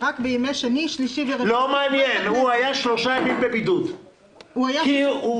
על ימים שבהם העובד היה אמור לעבוד ולא עבד.